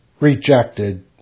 rejected